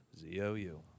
Z-O-U